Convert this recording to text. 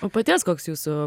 o paties koks jūsų